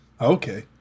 Okay